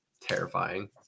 terrifying